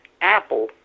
apple